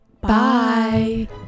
bye